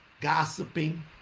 Gossiping